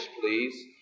please